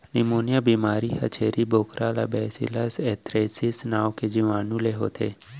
pneumonia बेमारी ह छेरी बोकरा ला बैसिलस एंथ्रेसिस नांव के जीवानु ले होथे